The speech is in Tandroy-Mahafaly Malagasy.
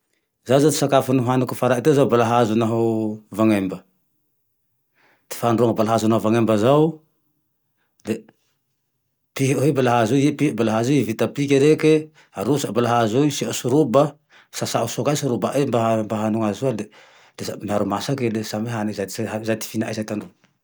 Zaho zane ty sakafo nohaniko farany teo zao balahazo naho vanemba. Ty fandrahoa balahazo naho vanemba zao le, tihy hoe balahazo i, i piky balahazo i, i vita piky reke arotsaky balahazo iny. Asia soroba, sasay soa ka soroba e mba hanoho aze eo le sambe moharo masaky, le samy hany. Zay ty f- zay ty fihina, zay ty androany